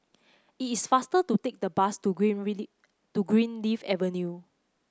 it is faster to take the bus to Greenleaf Avenue